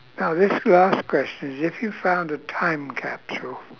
now this last question is if you found a time capsule